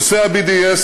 נושא ה-BDS,